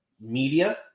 media